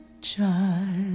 child